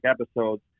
episodes